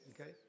okay